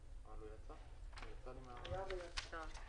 נתקדם, נחזור אליו.